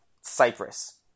Cyprus